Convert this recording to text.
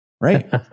right